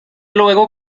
luego